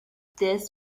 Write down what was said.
this